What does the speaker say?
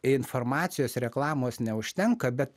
informacijos reklamos neužtenka bet